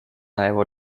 najevo